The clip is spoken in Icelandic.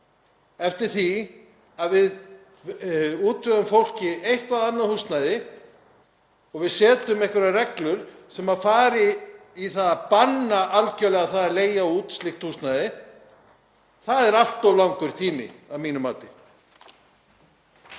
eftir því að við útvegum fólki eitthvert annað húsnæði og við setjum einhverjar reglur sem banna algerlega að leigja út slíkt húsnæði, það er allt of langur tími að mínu mati.